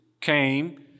came